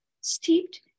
Steeped